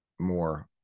more